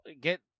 get